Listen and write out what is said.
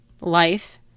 Life